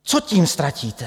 Co tím ztratíte?